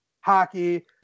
hockey